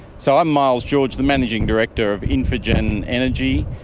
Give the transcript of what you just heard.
so i'm miles george, the managing director of infigen energy.